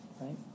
right